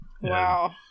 Wow